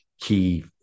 key